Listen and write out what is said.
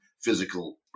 physical